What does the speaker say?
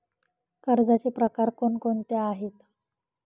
कर्जाचे प्रकार कोणकोणते आहेत?